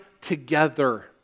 together